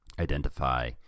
identify